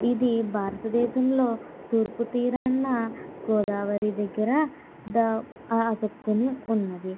ఇది భారత దేశంలో తూర్పు తీరాన గోదావరి దగ్గర ద అతుక్కొని ఉన్నది